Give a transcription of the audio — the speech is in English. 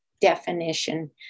definition